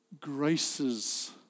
graces